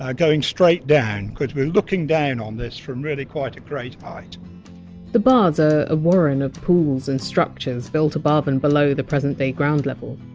going straight down, because we're looking down on this from really quite a great height the baths are a warren of pools and structures, built above and below the present day ground level.